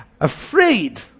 Afraid